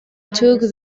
took